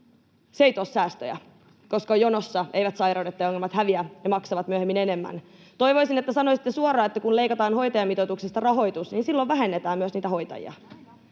Se ei tuo säästöjä, koska jonossa eivät sairaudet ja ongelmat häviä. Ne maksavat myöhemmin enemmän. Toivoisin, että sanoisitte suoraan, että kun leikataan hoitajamitoituksesta rahoitus, niin silloin vähennetään myös niitä hoitajia.